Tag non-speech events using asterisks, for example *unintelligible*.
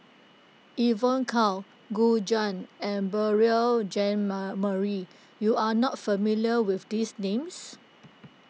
Evon Kow Gu Juan and Beurel Jean *unintelligible* Marie you are not familiar with these names